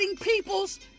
people's